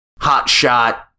hotshot